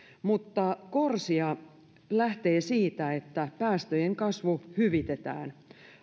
mutta corsia lähtee siitä että päästöjen kasvu hyvitetään